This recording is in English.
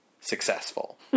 successful